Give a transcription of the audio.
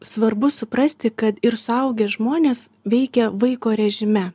svarbu suprasti kad ir suaugę žmonės veikia vaiko režime